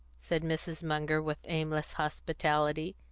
said mrs. munger, with aimless hospitality.